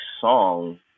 song